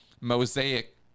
mosaic